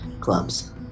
clubs